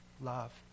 love